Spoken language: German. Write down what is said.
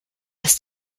ist